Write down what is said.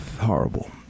horrible